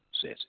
says